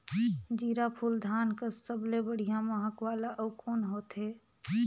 जीराफुल धान कस सबले बढ़िया महक वाला अउ कोन होथै?